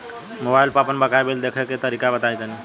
Mobile पर आपन बाकाया बिल देखे के तरीका बताईं तनि?